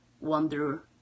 wonder